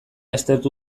aztertu